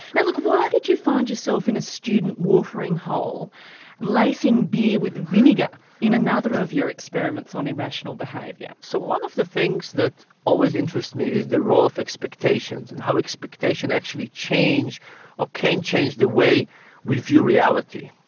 now look why did you find yourself in a student watering hole lacing beer with vinegar in another of your experiments on irrational behaviour? so one of the things that always interests me is the role of expectations and how expectation actually changes or can change the way we view reality.